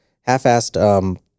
half-assed